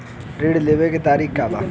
ऋण लेवे के तरीका का बा?